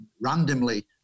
randomly